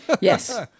Yes